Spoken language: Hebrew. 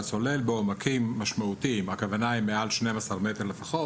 צולל בעומקים משמעותיים הכוונה היא מעל 12 מטרים לפחות